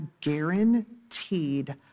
guaranteed